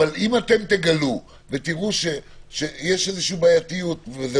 אבל אם אתם תגלו ותראו שיש איזושהי בעייתיות וזה